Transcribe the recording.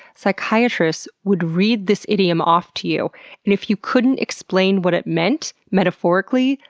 psychiatrists would read this idiom off to you and if you couldn't explain what it meant, metaphorically,